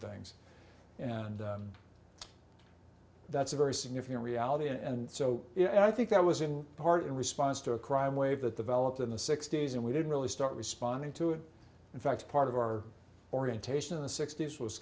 things and that's a very significant reality and so yeah i think that was in part in response to a crime wave that the velux in the sixty's and we didn't really start responding to it in fact part of our orientation in the sixty's was